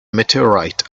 meteorite